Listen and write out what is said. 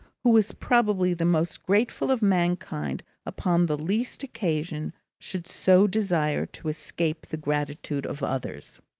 who was probably the most grateful of mankind upon the least occasion, should so desire to escape the gratitude of others.